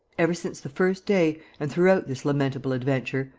ever since the first day and throughout this lamentable adventure,